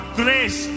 grace